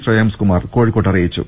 ശ്രേയാംസ്കുമാർ കോഴിക്കോട്ട് അറിയിച്ചു